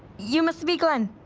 you must be glen.